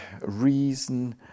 reason